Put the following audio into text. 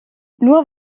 nur